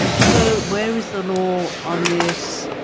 so where is the law on this?